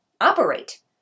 operate